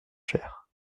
chère